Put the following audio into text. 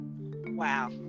Wow